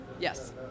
Yes